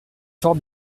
fort